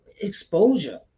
exposure